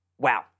Wow